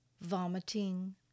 vomiting